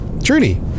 Trudy